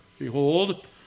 Behold